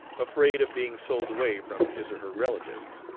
afraid of being sold away from his or her relatives,